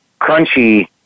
crunchy